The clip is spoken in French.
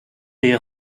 les